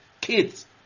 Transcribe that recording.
kids